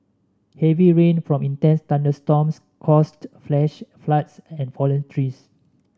heavy rain from intense thunderstorms caused flash floods and fallen trees